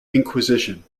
inquisition